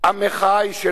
המחאה היא של העם,